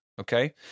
Okay